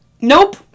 Nope